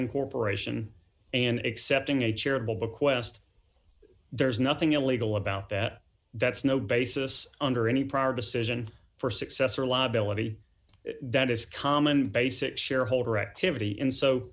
incorporation and accepting a charitable bequest there's nothing illegal about that that's no basis under any prior decision for successor law bill of eighty that is common basic shareholder activity in so